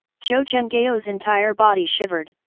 zhou zhenghao's entire body shivered,